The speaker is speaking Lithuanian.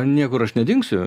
niekur aš nedingsiu